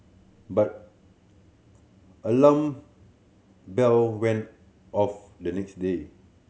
but alarm bell went off the next day